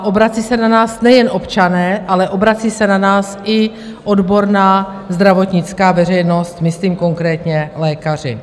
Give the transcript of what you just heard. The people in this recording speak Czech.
Obracejí se na nás nejen občané, ale obrací se na nás i odborná zdravotnická veřejnost, myslím konkrétně lékaři.